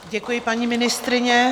Děkuji, paní ministryně.